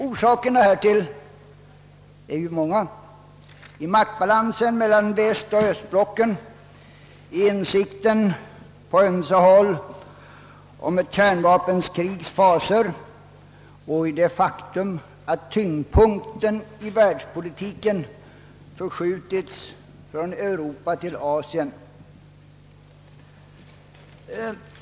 Orsakerna härtill är många: maktbalansen mellan västoch östblocken, insikten på ömse håll om ett kärnvapenkrigs fasor och det faktum att tyngdpunkten i världspolitiken förskjutits från Europa till Asien.